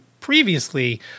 previously